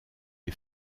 est